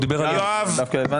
הוא דיבר על 1,000. דווקא הבנתי.